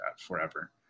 forever